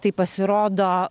tai pasirodo